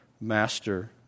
master